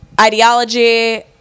ideology